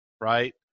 right